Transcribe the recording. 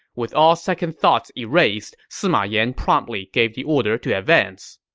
with all second thoughts erased, sima yan promptly gave the order to advance